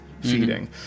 Feeding